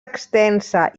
extensa